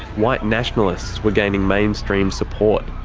white-nationalists were gaining mainstream support.